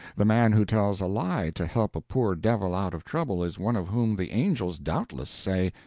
the man who tells a lie to help a poor devil out of trouble is one of whom the angels doubtless say,